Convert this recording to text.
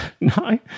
No